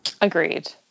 Agreed